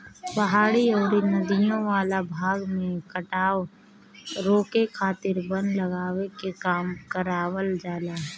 पहाड़ी अउरी नदियों वाला भाग में कटाव रोके खातिर वन लगावे के काम करवावल जाला